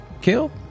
kill